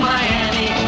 Miami